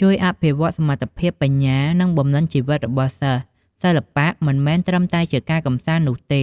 ជួយអភិវឌ្ឍសមត្ថភាពបញ្ញា និងបំណិនជីវិតរបស់សិស្ស: សិល្បៈមិនមែនត្រឹមតែជាការកម្សាន្តនោះទេ